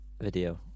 video